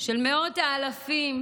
של מאות האלפים